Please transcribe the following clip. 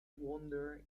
wonder